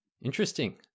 interesting